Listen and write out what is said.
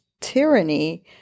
tyranny